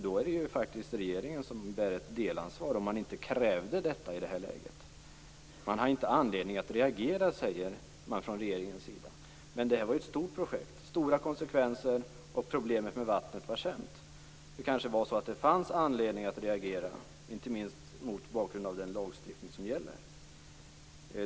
Då bär ju faktiskt regeringen ett delansvar om man inte krävde detta i det här läget. Man hade inte anledning att reagera, säger man från regeringens sida. Men det här var ju ett stort projekt med stora konsekvenser, och problemet med vattnet var känt. Det kanske var så att det fanns anledning att reagera - inte minst mot bakgrund av den lagstiftning som gäller.